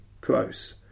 close